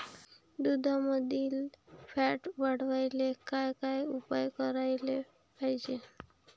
दुधामंदील फॅट वाढवायले काय काय उपाय करायले पाहिजे?